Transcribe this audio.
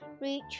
reach